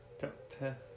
Doctor